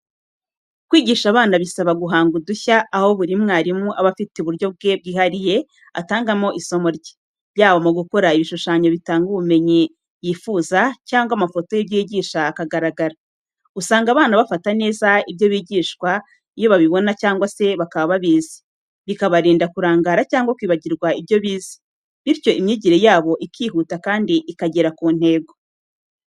Kwigisha abana bisaba guhanga udushya, aho buri mwarimu aba afite uburyo bwe bwihariye atangamo isomo rye, yaba mu gukora ibishushanyo bitanga ubumenyi yifuza cyangwa amafoto y’ibyo yigisha akagaragara. Usanga abana bafata neza ibyo bigishwa iyo babibona cyangwa se bakaba babizi, bikabarinda kurangara cyangwa kwibagirwa ibyo bize, bityo imyigire yabo ikihuta kandi ikagera ku ntego.